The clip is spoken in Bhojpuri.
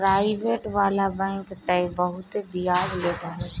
पराइबेट वाला बैंक तअ बहुते बियाज लेत हवे